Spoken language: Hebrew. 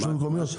הרשויות המקומיות.